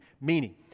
meaning